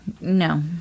No